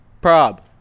Prob